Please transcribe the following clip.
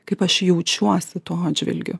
kaip aš jaučiuosi tuo atžvilgiu